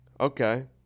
Okay